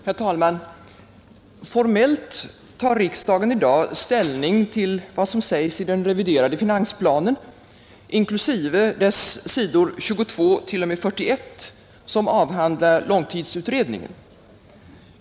Herr talman! Formellt tar riksdagen i dag ställning till vad som sägs i den reviderade finansplanen, inklusive dess sidor 22—41 som avhandlar långtidsutredningen.